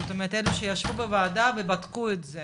זאת אומרת אלו שישבו בוועדה ובדקו את זה